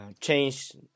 change